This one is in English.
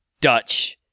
dutch